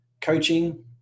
Coaching